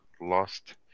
lost